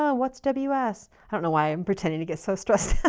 ah what's ws? i don't know why i'm pretending to get so stressed.